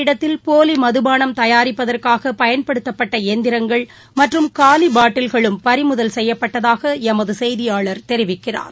இடத்தில் போலிமதுபானம் தயாரிப்பதற்காகபயன்படுத்தப்பட்டஎந்திரங்கள் சம்பவ மற்றம் காலிபாட்டில்களும் பறிமுதல் செய்யப்பட்டதாகளமதுசெய்தியாளர் தெரிவிக்கிறார்